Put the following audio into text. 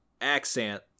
accent